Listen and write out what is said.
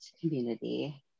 community